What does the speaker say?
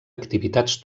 activitats